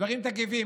דברים תקיפים.